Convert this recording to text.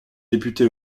député